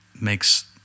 makes